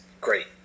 great